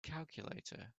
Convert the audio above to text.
calculator